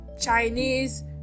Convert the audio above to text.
chinese